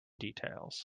details